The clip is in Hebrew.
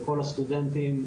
לכל הסטודנטים,